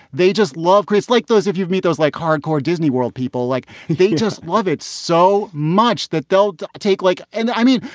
they just love chris like those. if you've met those like hardcore disneyworld, people like they just love it so much that they'll take like and i mean,